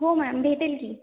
हो मॅम भेटेल की